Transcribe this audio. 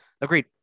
Agreed